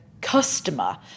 customer